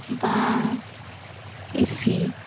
ᱵᱟᱨ ᱤᱥᱤ